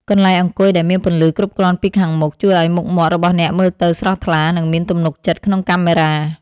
កន្លែងអង្គុយដែលមានពន្លឺគ្រប់គ្រាន់ពីខាងមុខ ជួយឱ្យមុខមាត់របស់អ្នកមើលទៅស្រស់ថ្លា និងមានទំនុកចិត្តក្នុងកាមេរ៉ា។